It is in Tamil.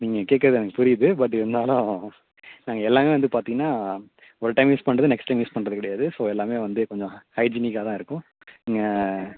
நீங்கள் கேட்கறது எனக்குப் புரியுது பட் இருந்தாலும் நாங்கள் எல்லாமே வந்து பார்த்திங்கன்னா ஒரு டைம் யூஸ் பண்ணுறது நெக்ஸ்ட் டைம் யூஸ் பண்ணுறது கிடையாது ஸோ எல்லாமே வந்து கொஞ்சம் ஹைஜினிக்காக தான் இருக்கும் நீங்கள்